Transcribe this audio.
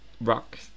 Rock